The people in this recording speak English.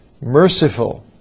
merciful